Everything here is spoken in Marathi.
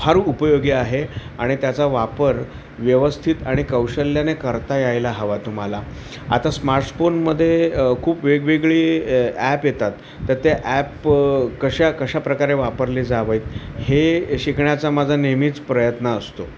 फार उपयोगी आहे आणि त्याचा वापर व्यवस्थित आणि कौशल्याने करता यायला हवा तुम्हाला आता स्मार्टस्फोनमधे खूप वेगवेगळी ॲप येतात तर त्या ॲप कशा कशाप्रकारे वापरले जावेत हे शिकण्याचा माझा नेहमीच प्रयत्न असतो